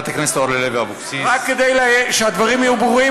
רק כדי שהדברים יהיו ברורים,